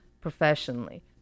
professionally